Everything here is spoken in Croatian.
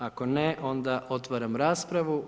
Ako ne onda otvaram raspravu.